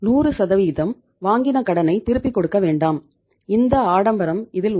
நூறு சதவிகிதம் வாங்கின கடனை திருப்பிக் கொடுக்க வேண்டாம் இந்த ஆடம்பரம் இதில் உண்டு